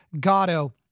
Gatto